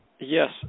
Yes